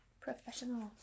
professional